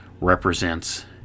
represents